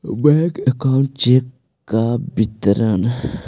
Bank account check का विवरण?